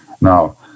Now